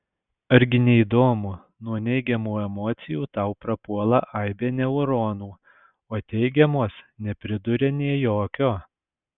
argi ne įdomu nuo neigiamų emocijų tau prapuola aibė neuronų o teigiamos nepriduria nė jokio